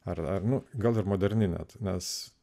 ar na gal ir moderni net nes